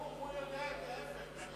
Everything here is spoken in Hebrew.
הפוך, הוא יודע את ההיפך.